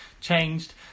changed